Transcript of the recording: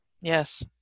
Yes